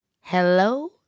Hello